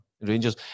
Rangers